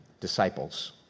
disciples